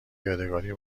یادگاری